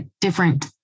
different